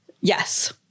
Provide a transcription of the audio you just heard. Yes